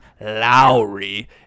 Lowry